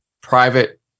private